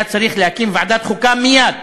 היה צריך להקים ועדת חוקה מייד